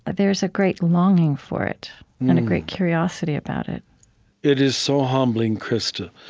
there's a great longing for it and a great curiosity about it it is so humbling, krista,